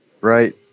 right